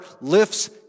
lifts